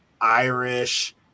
Irish